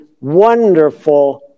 wonderful